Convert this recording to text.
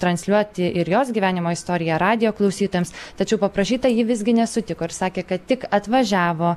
transliuoti ir jos gyvenimo istoriją radijo klausytojams tačiau paprašyta ji visgi nesutiko ir sakė kad tik atvažiavo